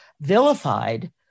vilified